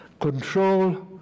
Control